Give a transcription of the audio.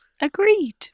Agreed